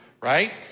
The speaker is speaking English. right